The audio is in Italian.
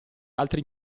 altri